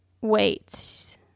wait